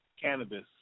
cannabis